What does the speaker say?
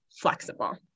flexible